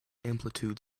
amplitude